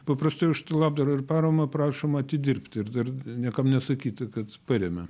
paprastai už labdarą ir paramą prašoma atidirbti ir dar niekam nesakyti kad parėmė